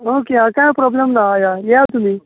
okay आं कांय problem ना हय हय या तुमी